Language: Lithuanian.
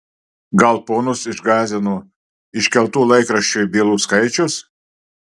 gal ponus išgąsdino iškeltų laikraščiui bylų skaičius